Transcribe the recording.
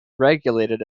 regulated